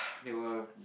they were